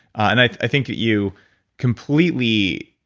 and i i think that you completely